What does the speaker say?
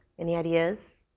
any ideas?